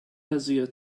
bezier